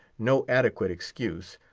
no adequate excuse,